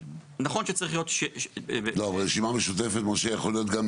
לא, אבל רשימה משותפת, משה, יכול להיות גם